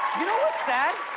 you know what's sad?